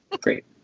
great